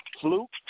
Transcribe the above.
Fluke